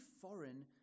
foreign